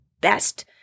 best